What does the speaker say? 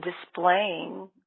displaying